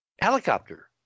Helicopter